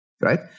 right